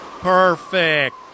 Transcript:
Perfect